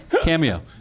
Cameo